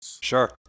Sure